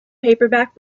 paperback